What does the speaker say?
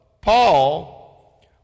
Paul